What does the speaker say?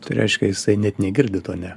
tai reiškia jisai net negirdi to ne